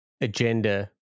agenda